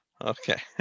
Okay